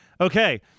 okay